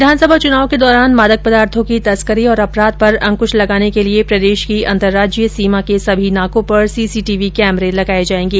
विधानसभा चुनाव के दौरान मादक पदार्थों की तस्करी और अपराध पर अंकुश लगाने के लिए प्रदेश की अंतरराज्यीय सीमा के सभी नाकों पर सीसीटीवी कैमरे लगाए जाएंगे